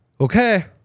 Okay